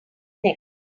neck